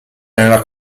nella